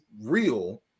real